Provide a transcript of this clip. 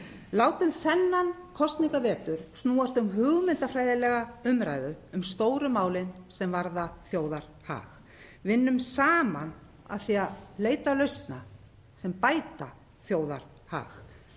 Látum þennan kosningavetur snúast um hugmyndafræðilega umræðu um stóru málin sem varða þjóðarhag. Vinnum saman að því að leita lausna sem bæta þjóðarhag.